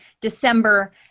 December